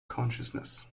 consciousness